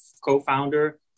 co-founder